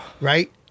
Right